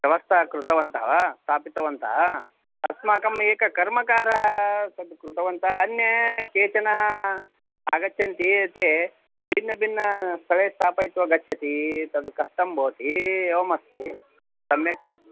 व्यवस्था कृतवन्तः वा स्थापितवन्तः अस्माकम् एकः कर्मकारः तद् कृतवन्तः अन्ये केचनाः आगच्छन्ति ते भिन्नभिन्नस्थले स्थापयित्वा गच्छन्ति तद् कष्टं भवति एवमस्ति सम्यक्